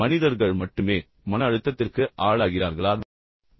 மனிதர்கள் மட்டுமே மன அழுத்தத்திற்கு ஆளாகிறார்களா